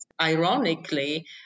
ironically